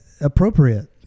appropriate